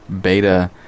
beta